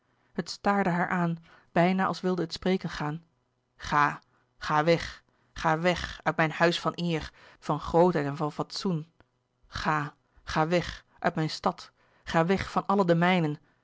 staarde haar aan bijna als wilde het spreken gaan ga ga weg ga weg uit mijn huis van eer van grootheid en van fatsoen ga ga weg uit mijn stad ga weg van alle